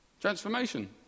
transformation